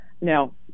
Now